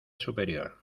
superior